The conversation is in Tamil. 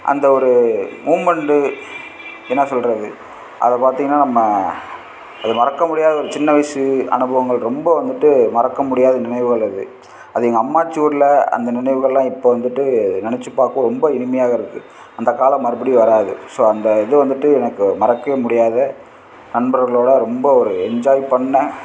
அந்த ஒரு மூமெண்டு என்ன சொல்கிறது அதை பார்த்தீங்கன்னா நம்ம அது மறக்க முடியாத ஒரு சின்ன வயசு அனுபவங்கள் ரொம்ப வந்துட்டு மறக்க முடியாத நினைவுகள் அது அது எங்கள் அம்மாச்சி ஊரில் அந்த நினைவுகள்லாம் இப்போ வந்துட்டு நினச்சி பார்க்கவோ ரொம்ப இனிமையாக இருக்குது அந்தக் காலம் மறுபடியும் வர்றாது ஸோ அந்த இது வந்துட்டு எனக்கு மறக்கவே முடியாத நண்பர்களோடய ரொம்ப ஒரு என்ஜாய் பண்ண